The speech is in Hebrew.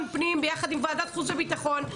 פנים ביחד עם ועדת החוץ והביטחון.